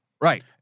Right